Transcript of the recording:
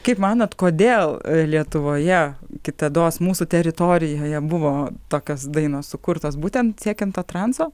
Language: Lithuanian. kaip manot kodėl lietuvoje kitados mūsų teritorijoje buvo tokios dainos sukurtos būtent siekiant transo